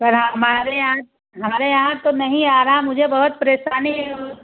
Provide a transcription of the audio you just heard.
पर हाँ हमारे यहाँ हमारे यहाँ तो नहीं आ रहा मुझे बहुत परेशानी है और